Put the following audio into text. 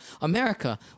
America